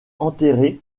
enterré